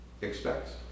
expects